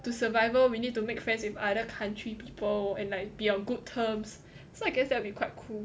to survival we need to make friends with other country people and like be on good terms so I guess that will be quite cool